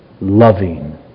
loving